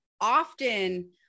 often